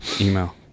email